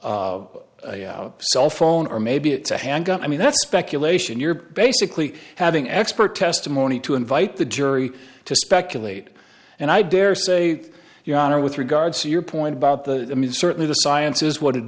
was a cell phone or maybe it's a handgun i mean that's speculation you're basically having expert testimony to invite the jury to speculate and i dare say your honor with regard to your point about the i mean certainly the science is what it